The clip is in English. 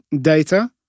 data